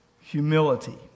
humility